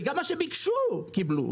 וגם מה שביקשו קיבלו.